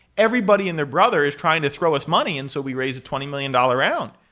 everybody and their brother is trying to throw us money, and so we raised a twenty million dollars round.